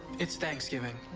it's thanksgiving.